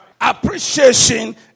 Appreciation